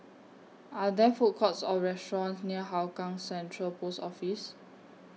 Are There Food Courts Or restaurants near Hougang Central Post Office